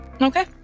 Okay